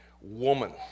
Woman